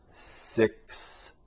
six